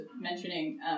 mentioning